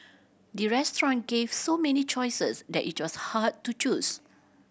the restaurant gave so many choices that it was hard to choose